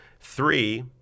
Three